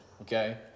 okay